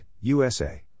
USA